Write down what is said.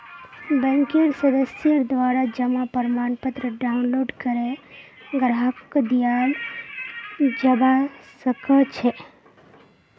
बैंकेर सदस्येर द्वारा जमा प्रमाणपत्र डाउनलोड करे ग्राहकक दियाल जबा सक छह